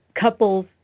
couples